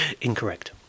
incorrect